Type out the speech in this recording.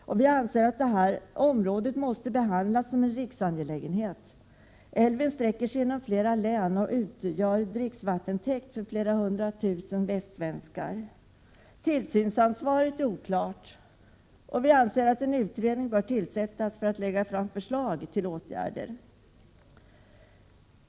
Vi anser att detta område måste behandlas som en riksangelägenhet. Älven sträcker sig genom flera län och utgör dricksvattentäkt för flera hundra tusen västsvenskar. Tillsynsansvaret är oklart. Vi anser att en utredning bör tillsättas, som har att lägga fram förslag till åtgärder.